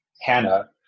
Hannah